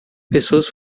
pessoas